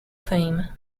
fame